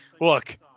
look